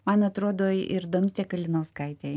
man atrodo ir danutė kalinauskaitė